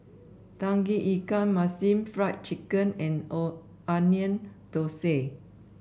Tauge Ikan Masin Fried Chicken and O Onion Thosai